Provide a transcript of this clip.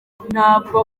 ntabwo